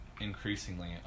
increasingly